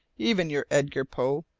even your edgar poe,